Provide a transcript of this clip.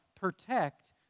Protect